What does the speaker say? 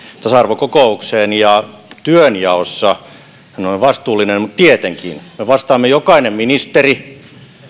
tasa arvokokoukseen ja työnjaossa hän on tietenkin vastuullinen tästä me vastaamme jokainen ministeri